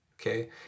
Okay